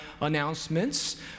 announcements